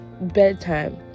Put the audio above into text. bedtime